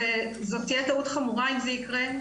וזו תהיה טעות חמורה אם זה יקרה.